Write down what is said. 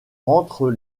rentrent